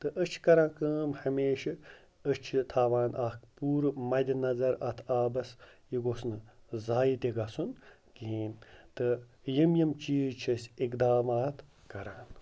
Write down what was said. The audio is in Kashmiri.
تہٕ أسۍ چھِ کَران کٲم ہمیشہٕ أسۍ چھِ تھاوان اَکھ پوٗرٕ مَدِ نظر اَتھ آبَس یہِ گوٚژھ نہٕ ضایع تہِ گژھُن کِہیٖنۍ تہٕ یِم یِم چیٖز چھِ أسۍ اِقدامات کَران